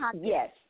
yes